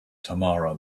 tamara